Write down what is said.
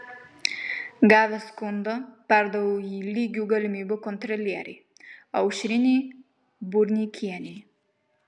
gavęs skundą perdaviau jį lygių galimybių kontrolierei aušrinei burneikienei